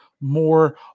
more